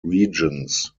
regions